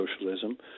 socialism